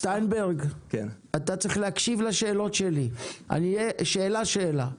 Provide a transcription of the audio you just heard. שטיינברג, אתה צריך להקשיב לשאלות שלי, שאלה שאלה,